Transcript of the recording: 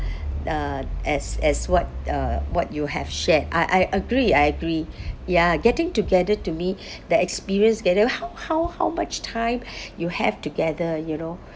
uh as as what uh what you have shared I I agree I agree ya getting together to me the experience together how how how much time you have together you know